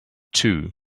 too